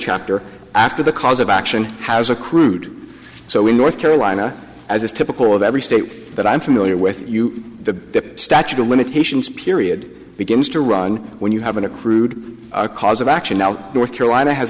chapter after the cause of action has accrued so in north carolina as is typical of every state that i'm familiar with you the statute of limitations period begins to run when you haven't accrued a cause of action now north carolina has